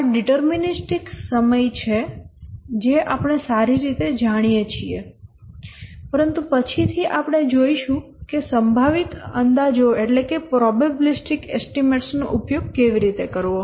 આ ડીટર્મીનીસ્ટિક સમય છે જે આપણે સારી રીતે જાણીએ છીએ પરંતુ પછીથી આપણે જોઈશું કે સંભવિત અંદાજો નો ઉપયોગ કેવી રીતે કરવો